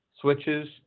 switches